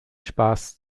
spaß